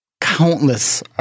countless